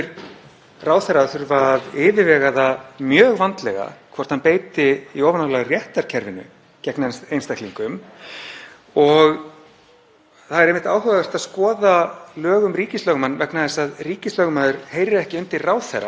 Það er einmitt áhugavert að skoða lög um ríkislögmann vegna þess að ríkislögmaður heyrir ekki undir ráðherra heldur undir Stjórnarráðið og þá mætti í rauninni segja að ríkislögmaður væri vegna þessarar sérstöku stöðu samkvæmt lögum